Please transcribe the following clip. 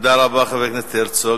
תודה רבה, חבר הכנסת הרצוג.